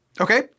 Okay